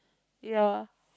ya